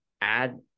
add